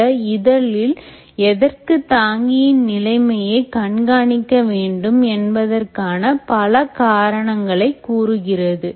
இந்த இதழில் எதற்கு தாங்கியின் நிலைமையை கண்காணிக்க வேண்டும் என்பதற்கான பல காரணங்களை கூறுகிறது